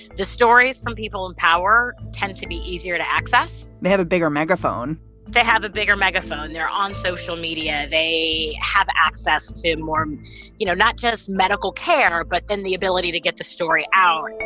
the stories from people in power tend to be easier to access they have a bigger megaphone they have a bigger megaphone. they're on social media. they have access to more you know, not just medical care, but then the ability to get the story out